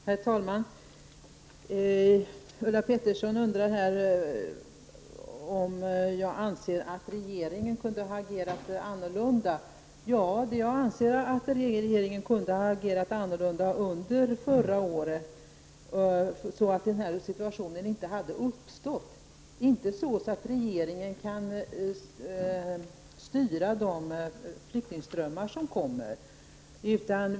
Herr talman! Ulla Pettersson undrar om jag anser att regeringen kunde ha agerat annorlunda. Ja, jag anser att regeringen kunde ha agerat annorlunda under förra året, så att den här situtationen inte skulle ha uppstått. Regeringen kan naturligtvis inte styra de flyktingströmmar som kommer.